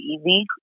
easy